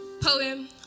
poem